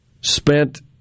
spent